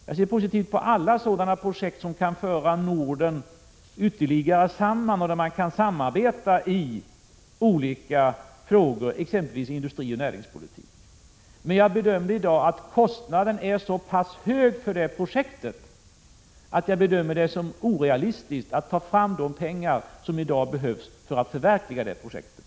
Jag ser positivt på alla sådana projekt som kan föra Norden ytterligare samman och där man kan samarbeta i olika frågor, exempelvis beträffande industrioch näringspolitik. Men jag bedömer i dag att kostnaden för detta projekt är så pass hög att jag ser det som orealistiskt att ta fram de pengar som behövs för att förverkliga projektet.